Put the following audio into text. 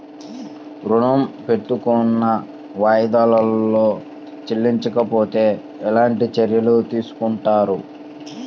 ఋణము పెట్టుకున్న వాయిదాలలో చెల్లించకపోతే ఎలాంటి చర్యలు తీసుకుంటారు?